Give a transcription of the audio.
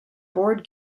board